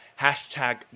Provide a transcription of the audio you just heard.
hashtag